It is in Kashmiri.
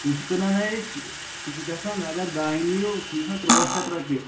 سُہ چھِ کٕنان أسۍ سُہ چھِ گژھان اَگر دانہِ نِیِو سُہ چھِ گژھان تُرٛواہ شَتھ رۄپیہِ